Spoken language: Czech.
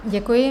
Děkuji.